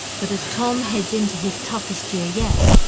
but as tom heads into his toughest year yet,